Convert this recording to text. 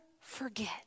forget